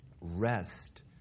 rest